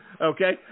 Okay